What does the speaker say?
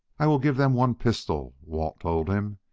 i will give them one pistol, walt told him,